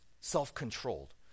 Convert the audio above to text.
self-controlled